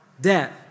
death